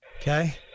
Okay